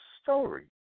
story